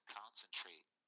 concentrate